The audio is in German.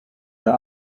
der